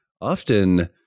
often